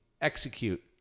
execute